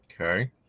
Okay